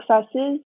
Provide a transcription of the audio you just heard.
successes